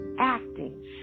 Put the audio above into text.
acting